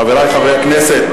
חברי חברי הכנסת,